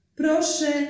proszę